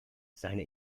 seine